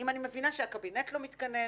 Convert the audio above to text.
אם אני מבינה שהקבינט לא מתכנס.